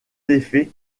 effet